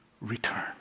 return